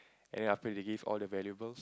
and then after they give all the valuable